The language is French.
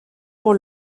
pour